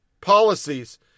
policies